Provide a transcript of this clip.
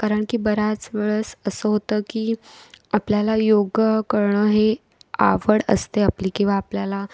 कारण की बऱ्याच वेळेस असं होतं की आपल्याला योगा करणं हे आवड असते आपली किंवा आपल्याला